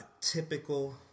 Typical